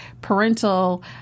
parental